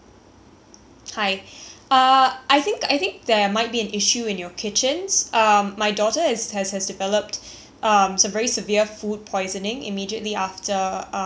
there might be an issue in your kitchens um my daughter has has has developed um some very severe food poisoning immediately after um immediately after the